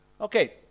Okay